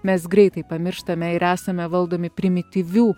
mes greitai pamirštame ir esame valdomi primityvių